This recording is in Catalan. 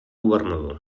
governador